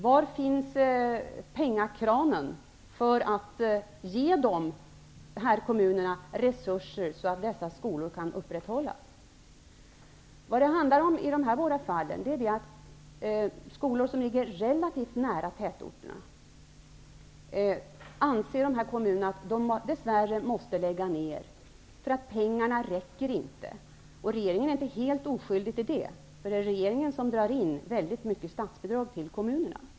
Var finns ''pengakranen'' som ger de här kommunerna resurser så att dessa skolor kan upprätthållas? Vad det handlar om i de fall jag nämnt är att kommunerna anser att man dess värre måste lägga ned de skolor som ligger relativt nära tätorterna, för pengarna räcker inte. Regeringen är inte helt oskyldig till detta, för det är regeringen som drar in väldigt mycket av statsbidraget till kommunerna.